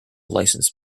license